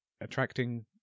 Attracting